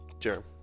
sure